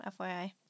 FYI